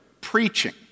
preaching